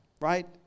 Right